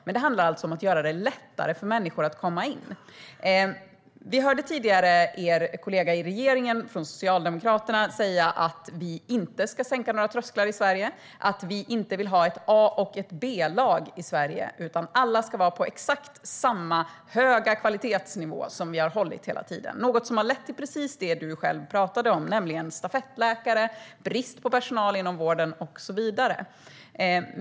Men det handlar om att göra det lättare för människor att komma in. Vi hörde tidigare din kollega, som sitter i regeringen, från Socialdemokraterna säga att vi inte ska skänka några trösklar i Sverige och att vi inte vill ha ett A och ett B-lag i Sverige. Alla ska vara på exakt samma höga kvalitetsnivå som vi har hållit hela tiden. Det har lett till precis det som du talade om, nämligen stafettläkare, brist på personal inom vården och så vidare.